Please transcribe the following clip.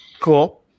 cool